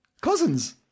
Cousins